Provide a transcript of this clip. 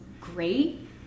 great